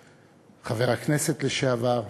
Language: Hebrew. לשעבר,